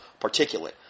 particulate